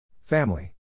Family